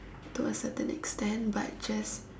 to a certain extend but just